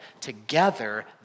together